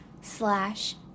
slash